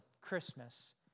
christmas